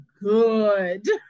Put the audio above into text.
good